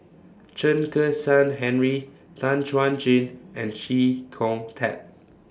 Chen Kezhan Henri Tan Chuan Jin and Chee Kong Tet